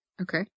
Okay